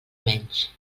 menys